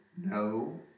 no